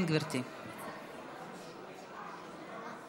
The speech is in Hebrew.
35 חברי כנסת בעד, 48 מתנגדים, אחד נמנע.